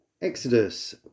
Exodus